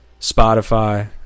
Spotify